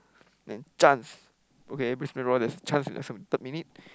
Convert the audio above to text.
then chance okay Brisbane-Roar there's chance in <UNK third minute